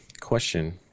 question